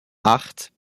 acht